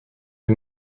des